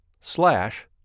slash